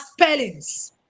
spellings